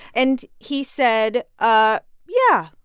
and he said, ah yeah,